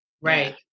right